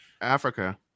Africa